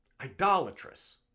idolatrous